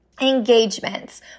engagements